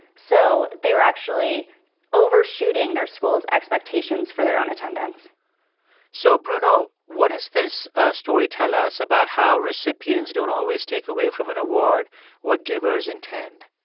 so they were actually overshooting their school's expectations for their own attendance so, bruno, what does this story tell us about how recipients don't always take away from an award what givers intend?